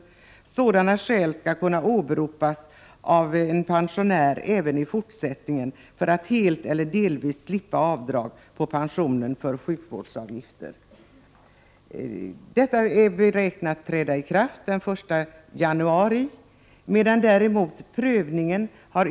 Sådana skäl skall kunna åberopas av en pensionär även i fortsättningen för att helt eller delvis slippa avdrag från pensionen för sjukvårdsavgifter. Den nya ordningen skall träda i kraft den 1 januari 1989.